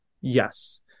yes